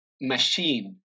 machine